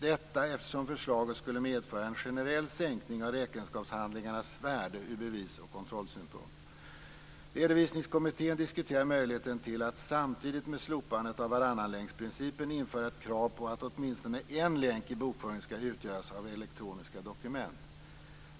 Detta eftersom förslaget skulle medföra en generell sänkning av räkenskapshandlingarnas värde ur bevis och kontrollsynpunkt. Redovisningskommittén diskuterar möjligheten till att samtidigt med slopandet av varannanlänksprincipen införa ett krav på att åtminstone en länk i bokföringen ska utgöras av elektroniska dokument.